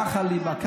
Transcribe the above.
ככה ליבה,